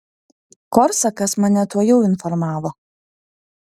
korsakas mane tuojau informavo